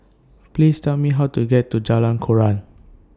Please Tell Me How to get to Jalan Koran